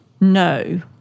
no